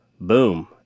boom